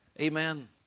Amen